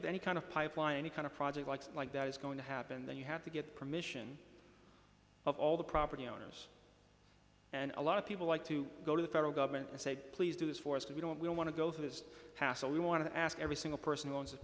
of any kind of pipeline any kind of project likes like that is going to happen then you have to get permission of all the property owners and a lot of people like to go to the federal government and say please do this for us to we don't we don't want to go through his past we want to ask every single person who owns